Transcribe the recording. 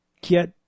get